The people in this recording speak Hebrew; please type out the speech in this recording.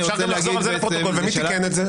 אפשר גם לחזור על זה לפרוטוקול: ומי תיקן את זה?